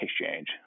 Exchange